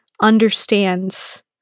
understands